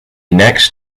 next